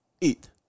eat